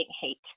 hate